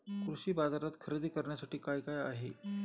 कृषी बाजारात खरेदी करण्यासाठी काय काय आहे?